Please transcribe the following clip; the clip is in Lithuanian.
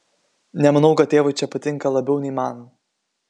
nemanau kad tėvui čia patinka labiau nei man